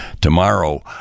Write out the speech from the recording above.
tomorrow